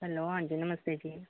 hello ਹਾਂਜੀ ਨਮਸਤੇ ਜੀ